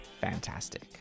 fantastic